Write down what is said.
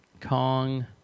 Kong